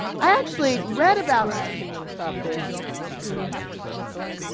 i actually read about we're actually gonna stop there. can you lift the lights?